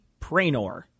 Pranor